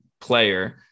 player